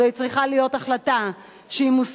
זו צריכה להיות החלטה מושכלת,